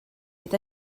bydd